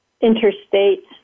interstate